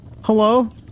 Hello